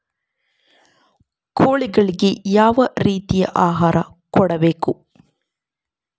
ಕೋಳಿಗಳಿಗೆ ಯಾವ ರೇತಿಯ ಆಹಾರ ಕೊಡಬೇಕು?